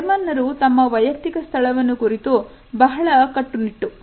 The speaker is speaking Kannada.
ಜರ್ಮನ್ನರು ತಮ್ಮ ವಯಕ್ತಿಕ ಸ್ಥಳವನ್ನು ಕುರಿತು ಬಹಳ ಕಟ್ಟುನಿಟ್ಟು